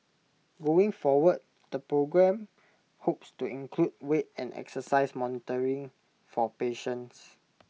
going forward the programme hopes to include weight and exercise monitoring for patients